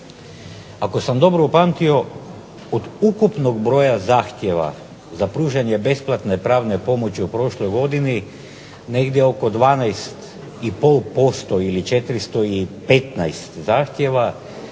Ako sam dobro shvatio od ukupnog broja zahtjeva za pružanje besplatne pravne pomoći u prošloj godini, negdje oko 12,5% ili 415 zahtjeva